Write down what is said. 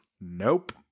nope